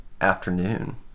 afternoon